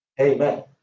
Amen